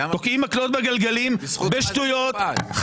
תוקעים מקלות בגלגלים בשטויות,